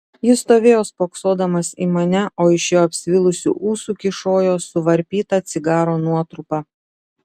jis stovėjo spoksodamas į mane o iš jo apsvilusių ūsų kyšojo suvarpyta cigaro nuotrupa